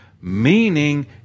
Meaning